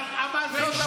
מה אתה עושה איתם?